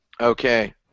Okay